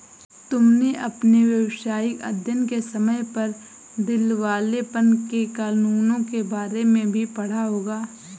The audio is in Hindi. तुमने अपने व्यावसायिक अध्ययन के समय पर दिवालेपन के कानूनों के बारे में भी पढ़ा होगा